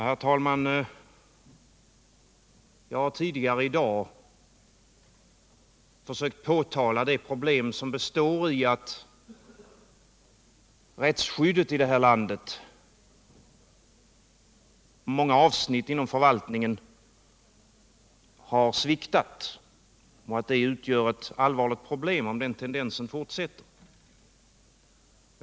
Herr talman! Jag har tidigare i dag försökt framhålla att rättsskyddet i det här landet på många avsnitt inom förvaltningen har sviktat och att det utgör ett allvarligt problem om den tendensen fortsätter.